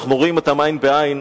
אנחנו רואים אותם עין בעין.